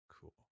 cool